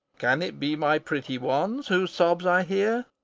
can it be my pretty ones whose sobs i hear?